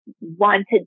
wanted